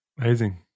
Amazing